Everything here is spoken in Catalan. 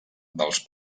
dels